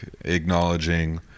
acknowledging